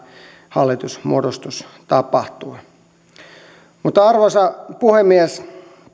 hallitusmuodostus tapahtui arvoisa puhemies